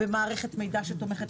במערכת מידע שתומכת,